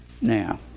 now